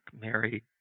married